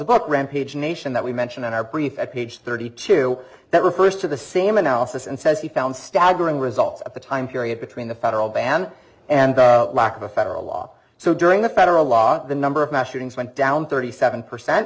book rampage nation that we mentioned in our brief at page thirty two that refers to the same analysis and says he found staggering results of the time period between the federal ban and the lack of a federal law so during the federal law the number of mass shootings went down thirty seven percent